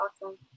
awesome